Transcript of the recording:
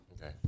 Okay